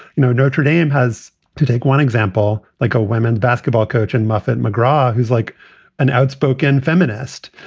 you know, notre dame has to take one example like a women's basketball coach and muffet mcgraw, who's like an outspoken feminist,